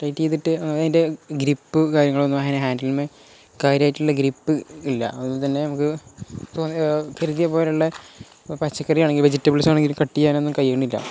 tight ചെയ്തിട്ട് അതിൻ്റെ grip കാര്യങ്ങളൊന്നും അതിന് ഹാൻഡിൽ കാര്യമായിട്ടുള്ള ഗ്രിപ്പ് ഇല്ല അതു കൊണ്ടു തന്നെ നമുക്ക് തോന്ന കൃതിയെ പോലെയുള്ള പച്ചക്കറിയാണെങ്കിൽ വെജിറ്റബിൾസ് ആണെങ്കിലും കട്ട് ചെയ്യാനൊന്നും കഴിയുന്നില്ല